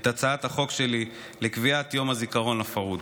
את הצעת החוק שלי לקביעת יום הזיכרון לפרהוד.